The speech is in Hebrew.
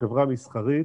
שחברה מסחרית